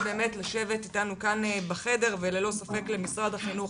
לשבת אתנו בחדר וללא ספק למשרד החינוך